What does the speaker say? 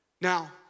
Now